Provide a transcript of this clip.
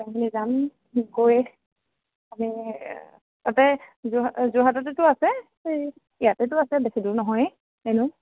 আমি যাম গৈ আমি তাতে যোৰ যোৰহাটতেটো আছে ইয়াতেটো আছে বেছি দূৰ নহয় এনেও